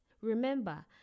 Remember